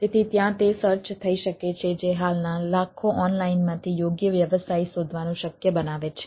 તેથી ત્યાં તે સર્ચ થઈ શકે છે જે હાલના લાખો ઓનલાઈનમાંથી યોગ્ય વ્યવસાય શોધવાનું શક્ય બનાવે છે